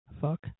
Fuck